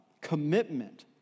commitment